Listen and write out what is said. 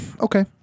Okay